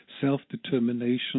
self-determination